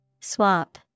Swap